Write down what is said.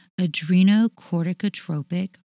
adrenocorticotropic